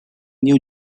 new